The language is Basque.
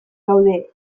gaude